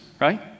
right